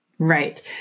Right